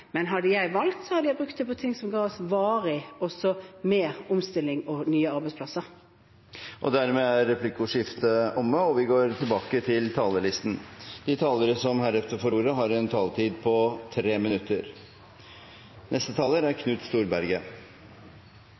Men hadde jeg valgt, hadde jeg brukt det på ting som ga oss varig og mer omstilling og nye arbeidsplasser. Replikkordskiftet er omme, og vi går tilbake til talerlisten. De talere som heretter får ordet, har en taletid på tre minutter.